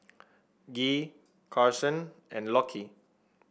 Gee Karson and Lockie